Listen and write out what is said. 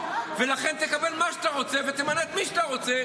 ולכן תקבל מה שאתה רוצה ותמנה את מי שאתה רוצה,